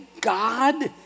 God